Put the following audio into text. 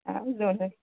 ଆଉ ଜଣେ